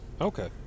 Okay